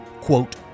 quote